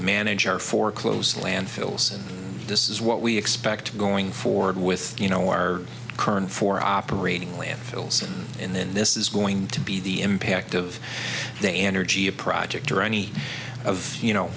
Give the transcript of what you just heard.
manager for close landfills and this is what we expect going forward with you know our current four operating landfills and then this is going to be the impact of the energy a project or any of you know